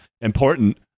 important